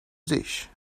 dish